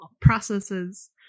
processes